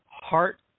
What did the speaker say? Heart